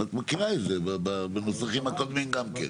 את מכירה את זה גם בנוסחים הקודמים גם כן,